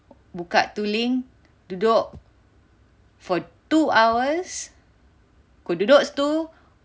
buka tu link duduk for two hours ku duduk situ